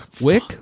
Wick